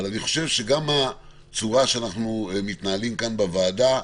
אבל אני חושב שגם הצורה שאנחנו מתנהלים כאן בוועדה,